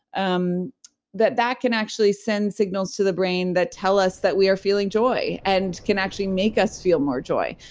um that that can actually send signals to the brain that tell us that we are feeling joy and can actually make us feel more joy.